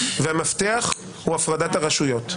והמפתח הוא הפרדת הרשויות.